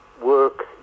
work